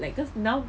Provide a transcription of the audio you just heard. like cause now